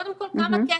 קודם כל כמה כסף.